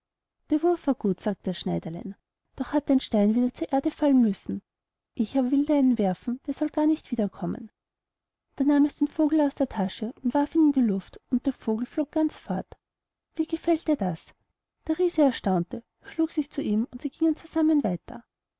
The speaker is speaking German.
der wurf war gut sagte das schneiderlein doch hat dein stein wieder zur erde fallen müssen ich aber will dir einen werfen der soll gar nicht wiederkommen da nahm es den vogel aus der tasche und warf ihn in die luft und der vogel flog ganz fort wie gefällt dir das der riese erstaunte schlug sich zu ihm und sie gingen zusammen weiter